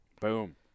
Boom